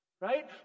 right